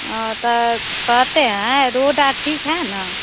और तो कहते हैं रोड आड ठीक है ना